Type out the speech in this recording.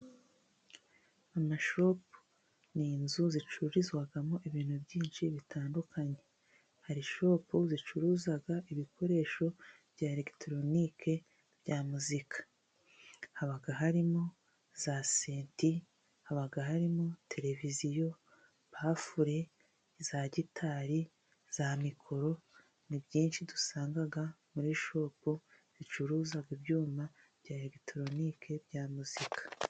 Amashopu n inzu zicururizwamo ibintu byinshi bitandukanye， hari shopu zicuruza ibikoresho bya eregitoronike， bya muzika， haba harimo za senti， haba harimo tereviziyo，bafure， za gitari， za mikoro，ni byinshi dusanga muri shopu zicuruza ibyuma bya eregitoronike，bya muzika.